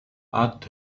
add